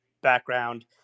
background